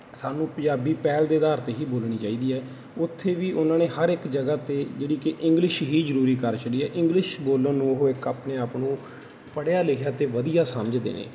ਸਾਨੂੰ ਪੰਜਾਬੀ ਪਹਿਲ ਦੇ ਅਧਾਰ 'ਤੇ ਹੀ ਬੋਲਣੀ ਚਾਹੀਦੀ ਹੈ ਉੱਥੇ ਵੀ ਉਹਨਾਂ ਨੇ ਹਰ ਇੱਕ ਜਗ੍ਹਾ 'ਤੇ ਜਿਹੜੀ ਕਿ ਇੰਗਲਿਸ਼ ਹੀ ਜ਼ਰੂਰੀ ਕਰ ਛੱਡੀ ਹੈ ਇੰਗਲਿਸ਼ ਬੋਲਣ ਨੂੰ ਉਹ ਇੱਕ ਆਪਣੇ ਆਪ ਨੂੰ ਪੜ੍ਹਿਆ ਲਿਖਿਆ ਅਤੇ ਵਧੀਆ ਸਮਝਦੇ ਨੇ